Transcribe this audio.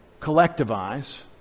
collectivize